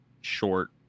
short